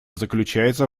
заключается